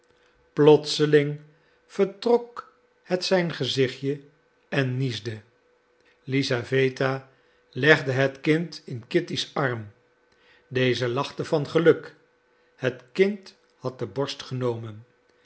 plotseling vertrok het zijn gezichtje en niesde lisaweta legde het kind in kitty's arm deze lachte van geluk het kind had de borst genomen